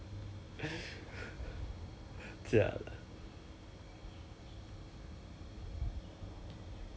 that's why I really worried about the crew because the the crew all that ah I'm pretty sure because we had D_G together mah